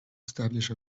establish